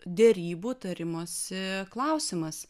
derybų tarimosi klausimas